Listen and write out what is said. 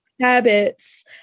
habits